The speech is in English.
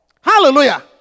Hallelujah